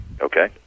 Okay